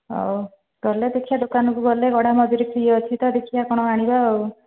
ହଉ ତା'ହେଲେ ଦେଖିବା ଦୋକାନକୁ ଗଲେ ଗଢ଼ା ମଜୁରୀ ଫ୍ରି ଅଛି ତ ଦେଖିବା କ'ଣ ଆଣିବା ଆଉ